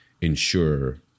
ensure